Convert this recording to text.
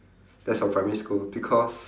that's from primary school because